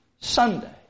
Sunday